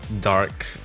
dark